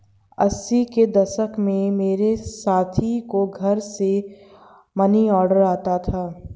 अस्सी के दशक में मेरे साथी को घर से मनीऑर्डर आता था